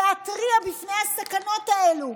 להתריע בפני הסכנות האלה.